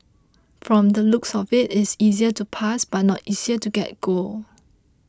from the looks of it it is easier to pass but not easier to get gold